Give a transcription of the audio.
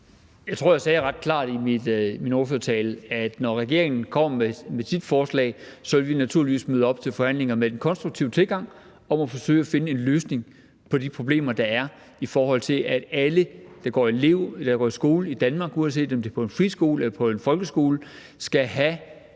Jeg tror, at jeg sagde ret klart i min ordførertale, at når regeringen kommer med sit forslag, vil vi naturligvis møde op til forhandlinger med en konstruktiv tilgang om at forsøge at finde en løsning på de problemer, der er i forhold til, at alle, der går i skole i Danmark, uanset om det er på en friskole eller på en folkeskole, skal have